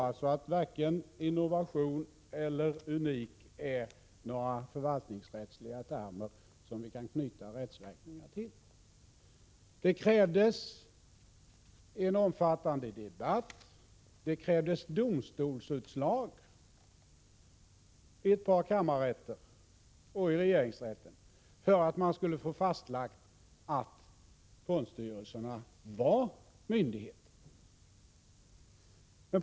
Nu är det så att begreppen innovation och unik inte är några förvaltningsrättsliga termer, som vi kan knyta rättsverkningar till. Det krävdes en omfattande debatt och domstolsutslag i ett par kammarrätter och i regeringsrätten för att fastställa att fondstyrelserna är myndigheter.